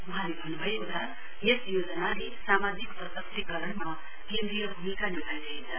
वहाँले भन्न् भएको छ यस योजनाले सामाजिक सशक्तिकरममा केन्द्रीय भूमिका निभाइरहेछ